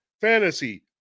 Fantasy